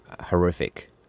Horrific